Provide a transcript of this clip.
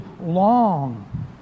long